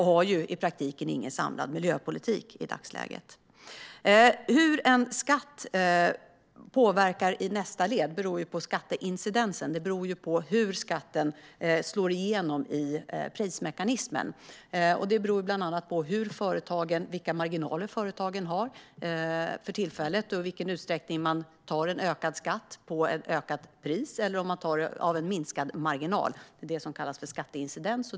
Man har i praktiken ingen samlad miljöpolitik i dagsläget. Hur en skatt påverkar i nästa led beror på skatteincidensen. Det beror på hur skatten slår igenom i prismekanismen. Det beror bland annat på vilka marginaler företagen har för tillfället och i vilken utsträckning man tar en ökad skatt på ett ökat pris eller om man tar den på en minskad marginal. Det är det som kallas skatteincidens.